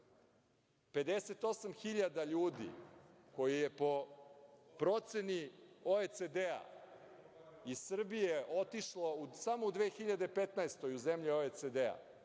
58.000 ljudi koji je po proceni OECD-a iz Srbije otišlo samo u 2015. godini u zemlje OECD-a,